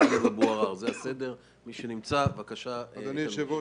אדוני היושב-ראש,